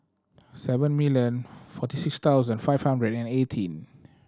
seven million forty six thousand five hundred and eighteen